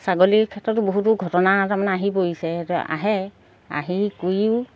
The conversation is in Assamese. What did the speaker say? ছাগলীৰ ক্ষেত্ৰতো বহুতো ঘটনা তাৰমানে আহি পৰিছে সেইটো আহে আহি কৰিও